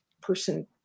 person